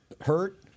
hurt